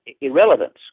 irrelevance